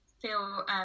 feel